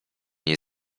niej